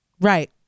Right